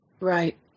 Right